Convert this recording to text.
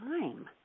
time